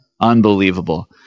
unbelievable